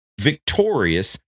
victorious